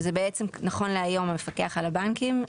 שנכון להיום זה המפקח על הבנקים,